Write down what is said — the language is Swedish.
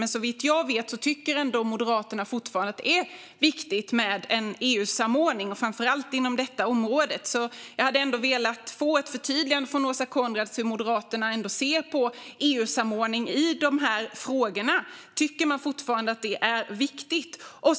Men såvitt jag vet tycker ändå Moderaterna fortfarande att det är viktigt med en EU-samordning, framför allt inom detta område. Jag hade velat få ett förtydligande från Åsa Coenraads av hur Moderaterna ser på EU-samordning i de här frågorna. Tycker man fortfarande att det är viktigt?